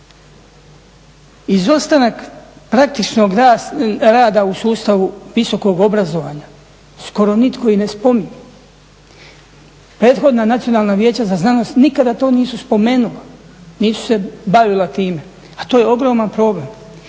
Izostanak praktičnog rada u sustavu visokog obrazovanja skoro nitko i ne spominje. Prethodna Nacionalna vijeća za znanost nikada to nisu spomenula, nisu se bavila time a to je ogroman problem.